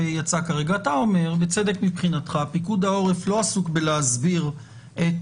בצדק מבחינתך, שפיקוד העורף לא עסוק בלהסביר את